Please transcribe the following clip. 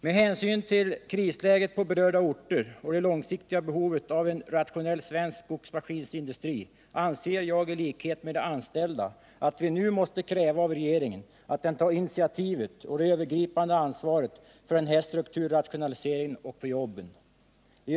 Med hänsyn till krisläget på berörda orter och det långsiktiga behovet av en rationell svensk skogsmaskinsindustri anser jag i likhet med de anställda, att vi nu måste kräva av regeringen att den tar initiativet till och det övergripande ansvaret för en strukturrationalisering och för jobben.